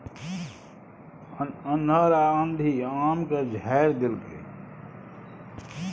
अन्हर आ आंधी आम के झाईर देलकैय?